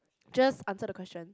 just answer the questions